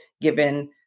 given